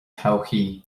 todhchaí